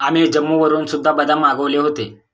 आम्ही जम्मूवरून सुद्धा बदाम मागवले होते